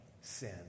sin